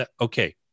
Okay